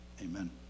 amen